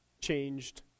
changed